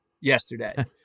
yesterday